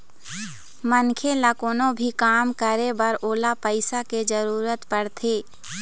मनखे ल कोनो भी काम करे बर ओला पइसा के जरुरत पड़थे